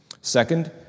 Second